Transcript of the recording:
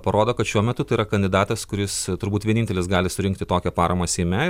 parodo kad šiuo metu tai yra kandidatas kuris turbūt vienintelis gali surinkti tokią paramą seime